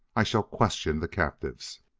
i shall question the captives.